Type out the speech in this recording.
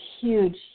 huge